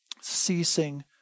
ceasing